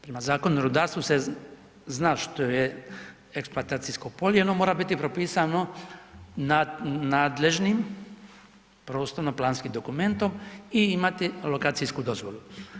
Prema Zakonu o rudarstvu se zna što je eksploatacijsko polje, ono mora biti propisano nadležnim prostorno-planskim dokumentom i imati lokacijsku dozvolu.